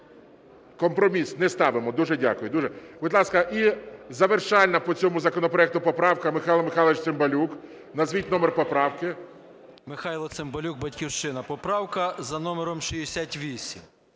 Компроміс. Не ставимо. Дуже дякую. Будь ласка, і завершальна по цьому законопроекту поправка. Михайло Михайлович Цимбалюк, назвіть номер поправки. 13:27:09 ЦИМБАЛЮК М.М. Михайло Цимбалюк, "Батьківщина". Поправка за номером 68.